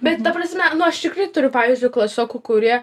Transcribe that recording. bet ta prasme nu aš tikrai turiu pavyzdžiui klasiokų kurie